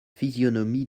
physionomie